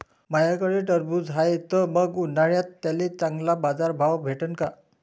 माह्याकडं टरबूज हाये त मंग उन्हाळ्यात त्याले चांगला बाजार भाव भेटन का?